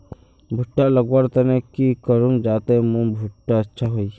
भुट्टा लगवार तने की करूम जाते मोर भुट्टा अच्छा हाई?